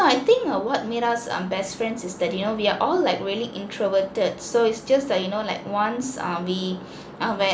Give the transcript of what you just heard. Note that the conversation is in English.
I think uh what made us err best friends is that you know we are all like really introverted so it's just like you know like once err we uh went